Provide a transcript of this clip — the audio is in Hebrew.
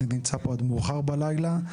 אני נמצא פה עד מאוחר בלילה.